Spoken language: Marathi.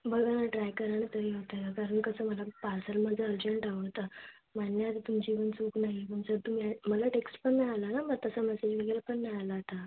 बघा ना ट्राय करा ना तरी आता कारण कसं मला पार्सल माझं अर्जंट हवं होतं मान्य आहे आता तुमची पण चूक नाही पण जर तुम्ही मला टेक्स्ट पण मिळाला ना मग तसा मेसेज वगैरे पण मिळाला आता